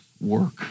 work